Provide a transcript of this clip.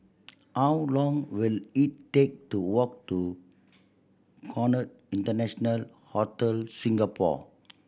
how long will it take to walk to Conrad International Hotel Singapore